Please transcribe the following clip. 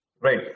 right